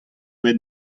bet